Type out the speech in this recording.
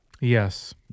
Yes